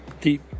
deep